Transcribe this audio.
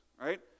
right